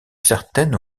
certaine